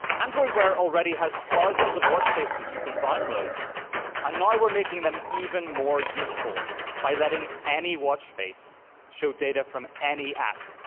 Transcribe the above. android wear already has thousands of watch faces you can download and now we're making them even more useful by letting any watch face show data from any app.